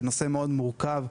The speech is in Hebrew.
זהו נושא מאוד מורכב,